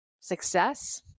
success